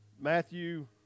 Matthew